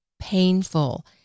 painful